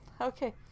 Okay